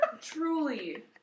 truly